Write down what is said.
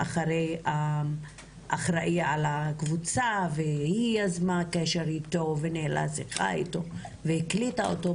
אחרי האחראי על הקבוצה והיא יזמה קשר איתו וניהלה איתו שיחה והקליטה אותו.